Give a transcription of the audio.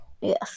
Yes